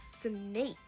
snake